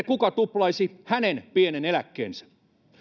kuka tuplaisi hänen pienen eläkkeensä